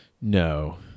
No